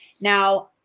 Now